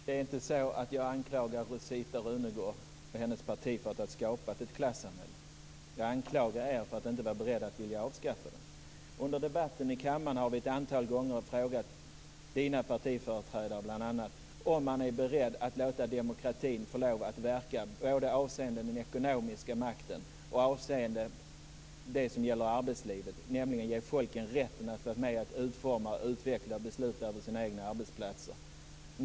Herr talman! Jag anklagar inte Rosita Runegrund och hennes parti för att ha skapat ett klassamhälle. Jag anklagar er för att inte vara beredda att vilja avskaffa det. Under debatten i kammaren har vi ett antal gånger frågat bland andra Rosita Runegrunds partiföreträdare om man är beredd att låta demokratin få verka både vad avser den ekonomiska makten och det som gäller arbetslivet, nämligen att ge folket rätten att vara med och utforma, utveckla och besluta när det gäller de egna arbetsplatserna.